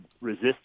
resist